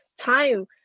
time